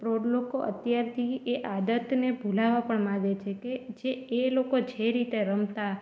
પ્રૌઢ લોકો અત્યારથી એ આદતને ભૂલાવવાં પણ માંગે છે કે જે એ લોકો જે રીતે રમતાં